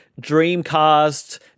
Dreamcast